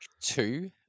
two